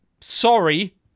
sorry